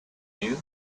you